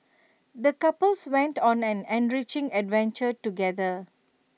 the couples went on an enriching adventure together